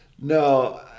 No